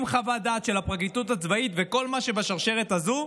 עם חוות דעת של הפרקליטות הצבאית וכל מה שבשרשרת הזו,